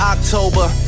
October